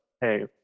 hey